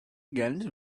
guns